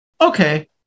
okay